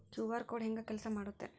QR code ಹೆಂಗ ಕೆಲಸ ಮಾಡುತ್ತೆ?